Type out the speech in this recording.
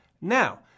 Now